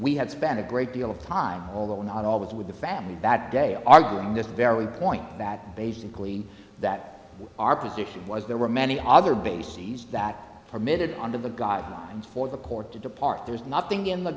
we had spent a great deal of time although not always with the family bad day arguing this very point that basically that our position was there were many other bases that permitted under the guidelines for the court to depart there's nothing in the